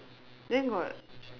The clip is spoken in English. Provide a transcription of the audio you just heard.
then got